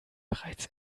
bereits